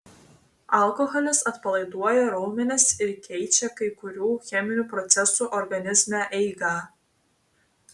alkoholis atpalaiduoja raumenis ir keičia kai kurių cheminių procesų organizme eigą